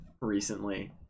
recently